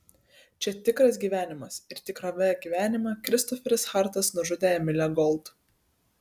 čia tikras gyvenimas ir tikrame gyvenime kristoferis hartas nužudė emilę gold